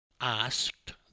Asked